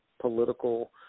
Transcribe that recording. political